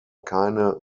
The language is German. keine